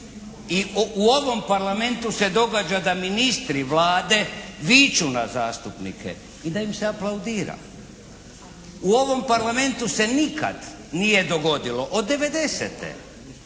i u ovom Parlamentu se događa da ministri Vlade viču na zastupnike i da im se aplaudira. U ovom Parlamentu se nikad nije dogodilo, od '90.